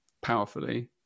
powerfully